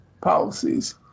policies